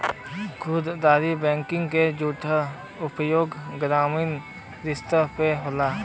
खुदरा बैंकिंग के जादा उपयोग ग्रामीन स्तर पे होला